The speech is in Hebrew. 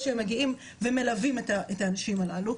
שהם מגיעים ומלווים את האנשים הללו,